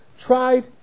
tried